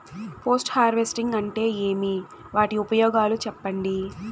Post harvesting అంటే ఏమి? వాటి ఉపయోగాలు చెప్పండి?